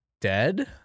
dead